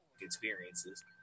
experiences